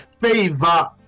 favor